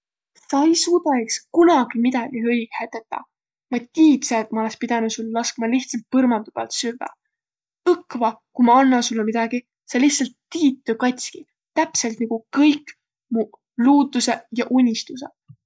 Sa ei suudaq iks kunagiq mdägiq õigõhe tetäq. Ma tiidse, et ma olõs pidänüq sul laskma lihtsalt põrmandu päält süvväq. Õkva, ku ma anna sullõ midägiq, sa lihtsalt tiit tuu kats'ki. Täpselt niguq kõik mu luutusõq ja unistusõq.